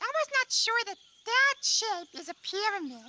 elmo's not sure that that shape is a pyramid.